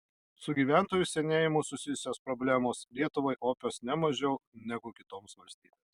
su gyventojų senėjimu susijusios problemos lietuvai opios ne mažiau negu kitoms valstybėms